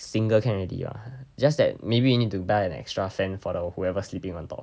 single can already ah just that maybe you need to buy an extra fan for the whoever sleeping on top